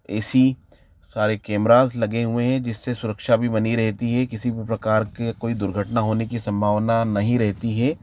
ए C सारे cameras लगे हुए हैं जिससे सुरक्षा भी बनी रहती हैं किसी प्रकार के कोई दुर्घटना होने के सम्भावना नहीं रहती है